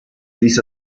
ließ